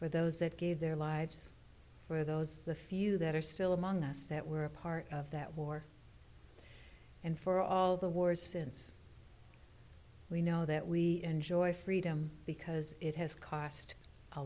for those that gave their lives for those the few that are still among us that were a part of that war and for all the wars since we know that we enjoy freedom because it has cost a